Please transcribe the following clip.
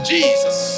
Jesus